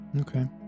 Okay